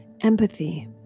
empathy